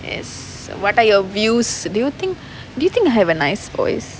yes so what are your views do you think do you think I have a nice voice